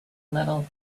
little